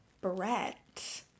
Brett